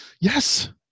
Yes